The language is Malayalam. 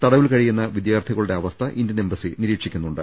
തടവിൽ കഴിയുന്ന വിദ്യാർത്ഥികളുടെ അവസ്ഥ ഇന്ത്യൻ എംബസി നിരീ ക്ഷി ക്കു ന്നു ണ്ട്